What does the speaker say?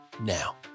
Now